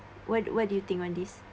what what do you think on this